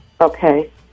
Okay